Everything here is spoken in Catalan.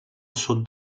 sud